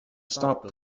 stop